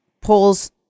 pulls